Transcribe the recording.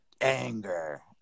anger